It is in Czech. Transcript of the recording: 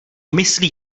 myslí